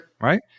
Right